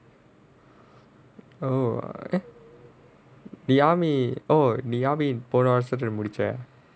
oh eh oh நீ:nee போன வருஷத்துல முடிச்ச:pona varushathula mudicha